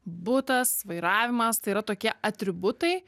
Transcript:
butas vairavimas tai yra tokie atributai